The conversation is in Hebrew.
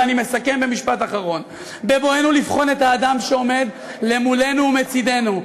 ואני מסכם במשפט אחרון: בבואנו לבחון את האדם שעומד למולנו ומצדנו,